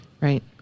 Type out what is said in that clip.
Right